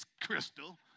Crystal